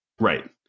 right